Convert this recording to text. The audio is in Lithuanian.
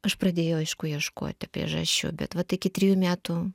aš pradėjau aišku ieškoti priežasčių bet vat iki trijų metų